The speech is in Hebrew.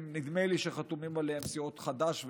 ונדמה לי שחתומים עליה סיעות חד"ש ובל"ד,